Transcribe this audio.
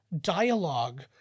dialogue